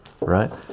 right